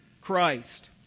Christ